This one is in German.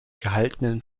gehaltenen